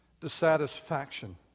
Dissatisfaction